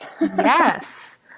Yes